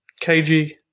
KG